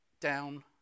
down